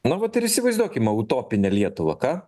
nu vat ir įsivaizduokime utopinę lietuvą ką